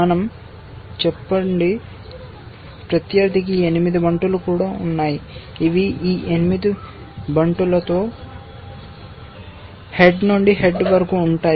మనం చెప్పండి ప్రత్యర్థికి 8 బంటులు కూడా ఉన్నాయి ఇవి ఈ 8 బంటులతో హెడ్ నుండి హెడ్ వరకు ఉంటాయి